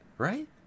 Right